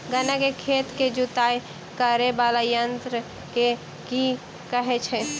गन्ना केँ खेत केँ जुताई करै वला यंत्र केँ की कहय छै?